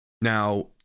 Now